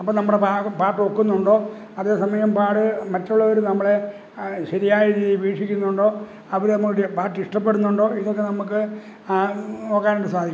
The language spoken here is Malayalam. അപ്പോള് നമ്മുടെ പാ പാട്ട് ഒക്കുന്നുണ്ടോ അതേസമയം പാട് മറ്റുള്ളവര് നമ്മളെ ശരിയായരീതിയില് വീക്ഷിക്കുന്നുണ്ടോ അവരങ്ങോട്ട് പാട്ട് ഇഷ്ടപ്പെടുന്നുണ്ടോ ഇതൊക്കെ നമ്മള്ക്ക് നോക്കാനായിട്ട് സാധിക്കും